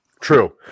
true